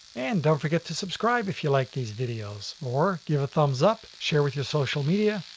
and don't forget to subscribe if you like these videos, or give a thumbs up, share with your social media,